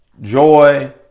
joy